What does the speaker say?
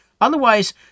Otherwise